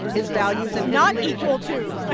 his values. and not equal to. ah